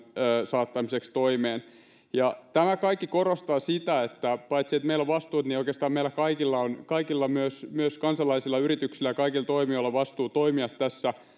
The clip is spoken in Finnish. saattamiseksi toimeen tämä kaikki korostaa sitä että paitsi että meillä on vastuuta oikeastaan meillä kaikilla myös myös kansalaisilla ja yrityksillä ja kaikilla toimijoilla on vastuu toimia tässä